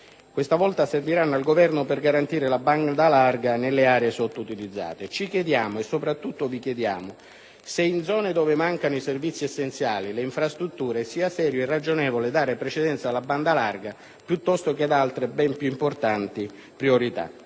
Questa volta serviranno al Governo per garantire la banda larga nelle aree sottoutilizzate. Ci chiediamo, e soprattutto vi chiediamo se, in zone in cui mancano servizi essenziali e le infrastrutture sia serio e ragionevole dare precedenza alla banda larga piuttosto che ad altre ben più importanti priorità.